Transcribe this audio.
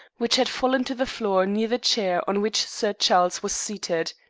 which had fallen to the floor near the chair on which sir charles was seated.